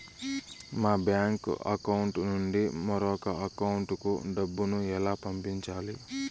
మా bank account నుండి మరొక అకౌంట్ కు డబ్బును ఎలా పంపించాలి